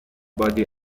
body